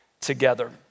together